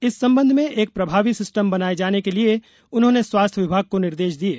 इस संबंध में एक प्रभावी सिस्टम बनाए जाने के लिये उन्होंने स्वास्थ्य विभाग को निर्देश दिये